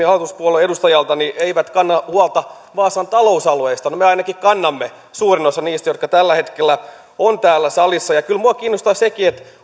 hallituspuolueen edustajalta niin he eivät kanna huolta vaasan talousalueesta no me ainakin kannamme suurin osa meistä jotka tällä hetkellä olemme täällä salissa ja kyllä minua kiinnostaa sekin